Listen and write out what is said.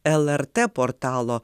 lrt portalo